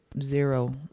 zero